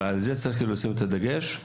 ועל זה צריך לשים את הדגש.